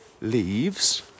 leaves